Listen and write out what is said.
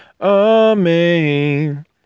amen